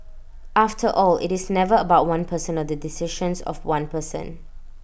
after all IT is never about one person or the decisions of one person